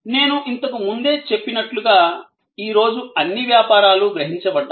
నేను ఇంతకు ముందే చెప్పినట్లుగా ఈ రోజు అన్ని వ్యాపారాలు గ్రహించబడ్డాయి